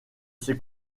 ses